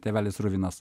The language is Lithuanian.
tėvelis ruvinas